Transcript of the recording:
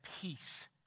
peace